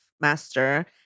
master